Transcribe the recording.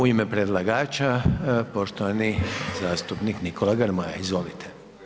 U ime predlagača, poštovani zastupnik Nikola Grmoja, izvolite.